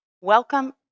Welcome